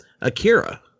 Akira